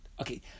Okay